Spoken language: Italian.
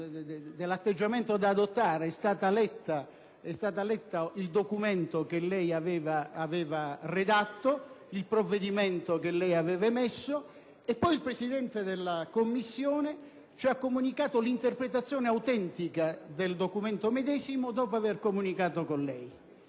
dell'atteggiamento da adottare è stato letto il documento che lei, signor Presidente, aveva redatto, il provvedimento che lei aveva emesso. Poi il Presidente della Commissione ci ha comunicato l'interpretazione autentica del documento medesimo, dopo aver comunicato con lei,